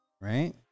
right